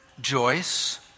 Joyce